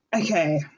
okay